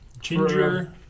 Ginger